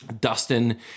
Dustin